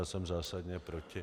Já jsem zásadně proti.